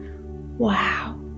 Wow